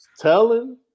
Telling